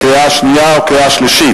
קריאה שנייה וקריאה שלישית.